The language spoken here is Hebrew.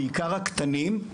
בעיקר הקטנים.